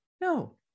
no